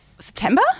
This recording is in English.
September